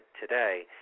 today